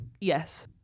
yes